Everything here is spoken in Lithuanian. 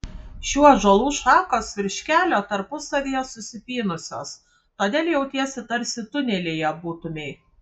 šių ąžuolų šakos virš kelio tarpusavyje susipynusios todėl jautiesi tarsi tunelyje būtumei